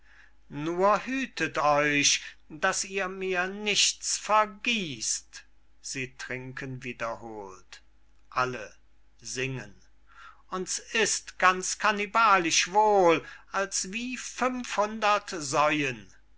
nur hütet euch daß ihr mir nichts vergießt sie trinken wiederholt alle singen uns ist ganz kannibalisch wohl als wie fünf